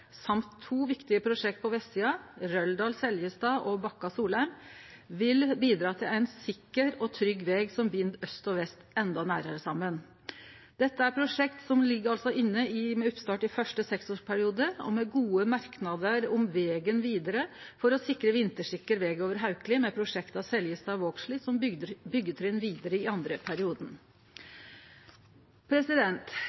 samt to viktige prosjekt på vestsida, Røldal–Seljestad og Bakka–Solheim, vil bidra til ein sikker og trygg veg som bind aust og vest endå nærare saman. Dette er prosjekt som altså ligg inne med oppstart i fyrste seksårsperiode, og med gode merknadar om vegen vidare for å sikre vintersikker veg over Haukeli med prosjekta Seljestad–Vågsli som byggetrinn vidare i andre